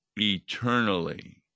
eternally